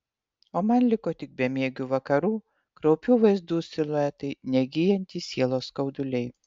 o man liko tik bemiegių vakarų kraupių vaizdų siluetai negyjantys sielos skauduliai